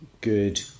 good